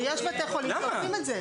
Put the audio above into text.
זה מה שהבנו, שיש בתי חולים שעושים את זה.